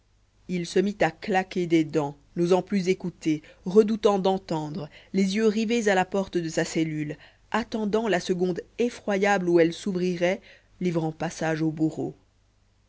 il se mit à claquer des dents n'osant plus écouter redoutant d'entendre les yeux rivés à la porte de sa cellule attendant la seconde effroyable où elle s'ouvrirait livrant passage au bourreau